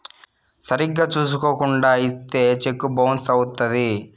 సరిగ్గా చూసుకోకుండా ఇత్తే సెక్కు బౌన్స్ అవుత్తది